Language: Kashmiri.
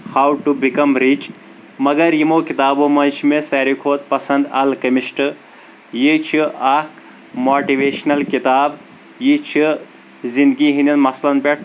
ہو ٹُہ بِکم رِچ مگر یِمو کِتابو منٛز چھِ مےٚ سارے کھۄتہٕ پسنٛد الکیٚمِسٹ یہِ چھِ اکھ ماٹِویشنل کِتاب یہِ چھِ زنٛدگی ہنٛدٮ۪ن مسلن پٮ۪ٹھ